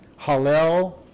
Hallel